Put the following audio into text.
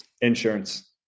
Insurance